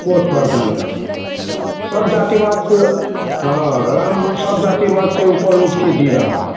कोई फ़र्क़ नहीं रहा सब जातिवाद से हाँ राम सब जातिवाद से ऊपर उठकर जी रहे हैं